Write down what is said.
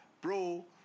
bro